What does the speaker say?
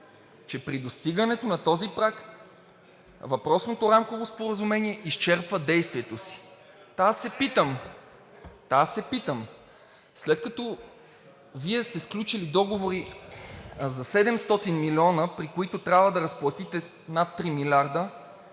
че при достигането на този праг въпросното рамково споразумение изчерпва действието си.“ Та аз се питам, след като Вие сте сключили договори за 700 милиона, при които трябва да разплатите над 3 милиарда,